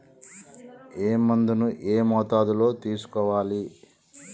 ఏ మందును ఏ మోతాదులో తీసుకోవాలి?